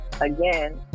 again